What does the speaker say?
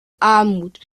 armut